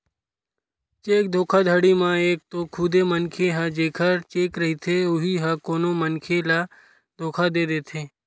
cheque धोखाघड़ी म एक तो खुदे मनखे ह जेखर चेक रहिथे उही ह कोनो मनखे ल धोखा दे देथे